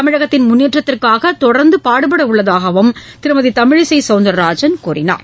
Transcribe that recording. தமிழகத்தின் முன்னேற்றத்திற்காக தொடர்ந்து பாடுடட உள்ளதாகவும் திருமதி தமிழிசை சவுந்தரராஜன் கூறினார்